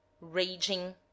raging